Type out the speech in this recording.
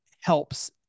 helps